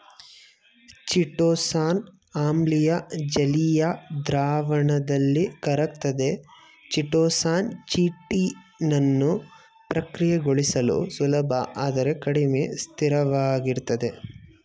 chitosan ಆಮ್ಲೀಯ ಜಲೀಯ ದ್ರಾವಣದಲ್ಲಿ ಕರಗ್ತದೆ ಚಿಟೋಸಾನ್ ಚಿಟಿನನ್ನು ಪ್ರಕ್ರಿಯೆಗೊಳಿಸಲು ಸುಲಭ ಆದರೆ ಕಡಿಮೆ ಸ್ಥಿರವಾಗಿರ್ತದೆ